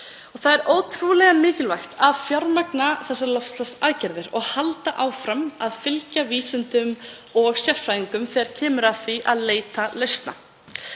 Það er ótrúlega mikilvægt að fjármagna þessar loftslagsaðgerðir og halda áfram að fylgja vísindum og sérfræðingum þegar kemur að því að leita lausna.